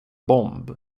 bomb